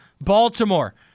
Baltimore